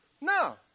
No